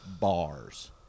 bars